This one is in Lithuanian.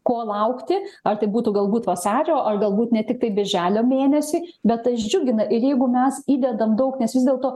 ko laukti ar tai būtų galbūt vasario ar galbūt ne tiktai birželio mėnesį bet tas džiugina ir jeigu mes įdedam daug nes vis dėlto